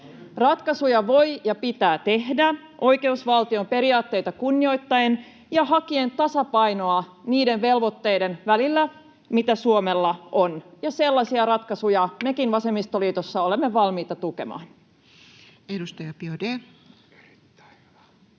Ratkaisuja voi ja pitää tehdä oikeusvaltion periaatteita kunnioittaen ja hakien tasapainoa niiden velvoitteiden välillä, mitä Suomella on. Sellaisia ratkaisuja mekin vasemmistoliitossa olemme